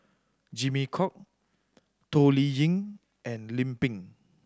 Jimmy Chok Toh Liying and Lim Pin